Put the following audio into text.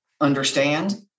understand